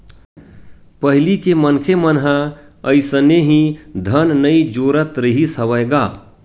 पहिली के मनखे मन ह अइसने ही धन नइ जोरत रिहिस हवय गा